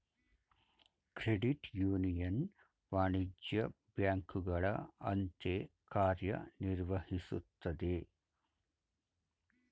credit union ವಾಣಿಜ್ಯ ಬ್ಯಾಂಕುಗಳ ಅಂತೆ ಕಾರ್ಯ ನಿರ್ವಹಿಸುತ್ತದೆ